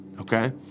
okay